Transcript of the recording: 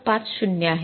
५० आहे